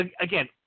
again